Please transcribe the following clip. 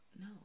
No